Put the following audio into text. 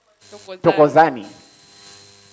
Tokozani